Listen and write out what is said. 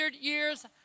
years